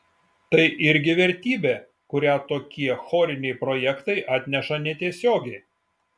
tai irgi vertybė kurią tokie choriniai projektai atneša netiesiogiai